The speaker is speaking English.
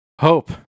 Hope